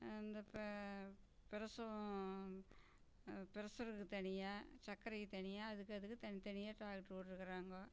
இந்த இப்போ பிரசவம் பிரஷருக்கு தனியாக சக்கரைக்கு தனியாக அதுக்கு அதுக்கு தனி தனியாக டாக்டரு போட்டுருக்குறாங்கோ